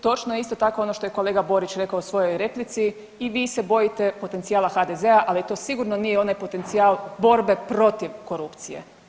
Točno je isto tako, kao što je kolega Borić rekao u svojoj replici, i vi se bojite potencijala HDZ-a, ali to sigurno nije onaj potencijal borbe protiv korupcije.